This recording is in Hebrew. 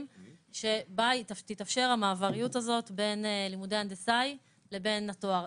שבה תתאפשר המעבריות הזאת בין לימודי הנדסאי לבין התואר.